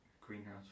greenhouse